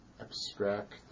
abstract